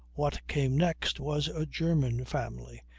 what came next was a german family,